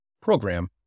program